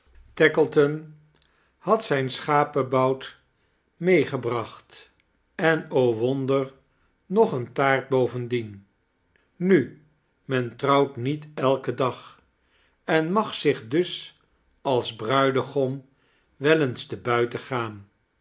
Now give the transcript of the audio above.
hebben tackleton had zijn schapebout meegebracht en o wonder nog eene taaxt bovendien no men trouwt niet elken dag en mag zich dus als bruidegom wel eens te buiteo gaan